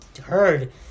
heard